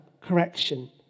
correction